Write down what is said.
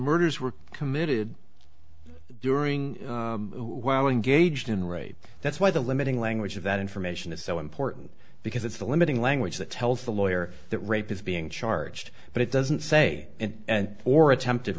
murders were committed during gauged in rape that's why the limiting language of that information is so important because it's the limiting language that tells the lawyer that rape is being charged but it doesn't say and or attempted